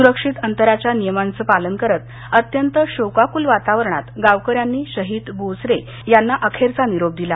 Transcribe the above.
सुरक्षित अंतराच्या नियमांचं पालन करत अत्यंत शोकाकुल वातावरणात गावकऱ्यांनी शहीद बोचरे यांना अखेरचा निरोप दिला